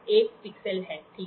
1 pixel है ठीक है